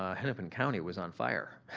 ah hennepin county was on fire.